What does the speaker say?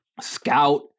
scout